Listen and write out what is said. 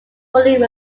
fully